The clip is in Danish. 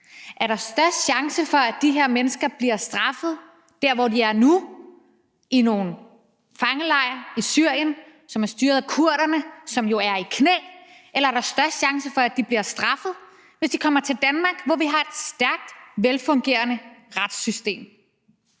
Er der størst chance for, at de her mennesker bliver straffet der, hvor de er nu, i nogle fangelejre i Syrien, som er styret af kurderne, som jo er i knæ, eller er der størst chance for, at de bliver straffet, hvis de kommer til Danmark, hvor vi har et stærkt, velfungerende retssystem?